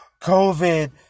covid